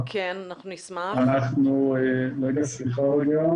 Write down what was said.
אבל אנחנו מדברים היום